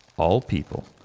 all people,